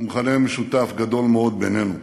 ומכנה משותף גדול מאוד בינינו.